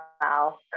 wow